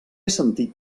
sentit